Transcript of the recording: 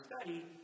study